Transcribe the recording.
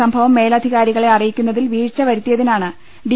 സംഭവം മേലധികാരികളെ അറി യിക്കുന്നതിൽ വീഴ്ച വരുത്തിയതിനാണ് ഡി